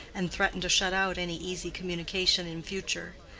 and threatened to shut out any easy communication in future.